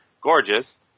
gorgeous